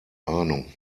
ahnung